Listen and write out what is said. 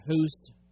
host